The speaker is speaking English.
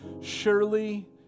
surely